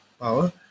power